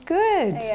good